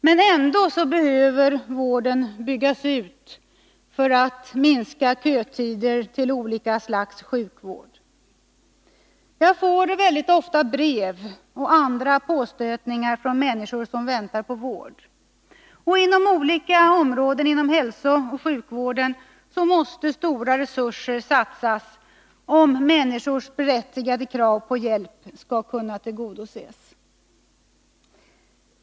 Men ändå behöver vården byggas ut för att minska kötider till olika slags sjukvård. Jag får ofta brev och andra påstötningar från människor som väntar på vård. Inom olika områden inom hälsooch sjukvården måste stora resurser satsas, om människors berättigade krav på hjälp skall kunna tillgodoses.